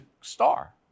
star